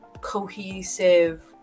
cohesive